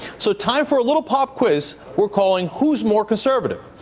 so time for a little pop quiz we're calling, who's more conservative?